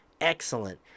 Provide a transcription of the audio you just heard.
excellent